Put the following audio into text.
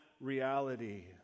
reality